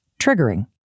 triggering